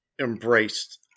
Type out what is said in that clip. embraced